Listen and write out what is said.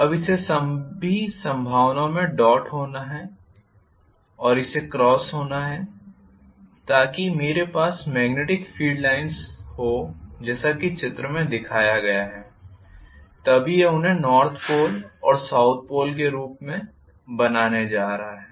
अब इसे सभी संभावनाओं में डॉट होना है और इसे क्रॉस होना है ताकि मेरे पास मेग्नेटिक फील्ड लाइन्स हों जैसा कि चित्र में दिखाया गया है तभी यह उन्हें नॉर्थ पोल और साउथ पोल के रूप में बनाने जा रहा है